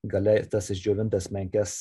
gale ir tas išdžiovintas menkes